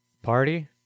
Party